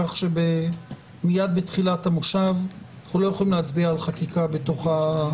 אנחנו לא יכולים להצביע על חקיקה בפגרה